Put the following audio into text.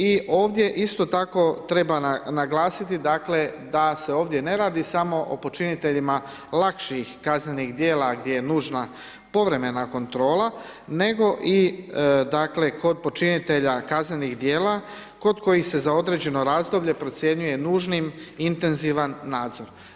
I ovdje isto tako, treba naglasiti dakle, da se ovdje ne radi samo o počiniteljima lakših kaznenih dijela gdje je nužna povremena kontrola, nego i kod počinitelja kaznenih dijela, kod kojih se za određeno razdoblje, procjenjuje nužni intenzivni nadzor.